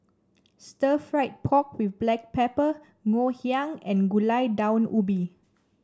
Stir Fried Pork with Black Pepper Ngoh Hiang and Gulai Daun Ubi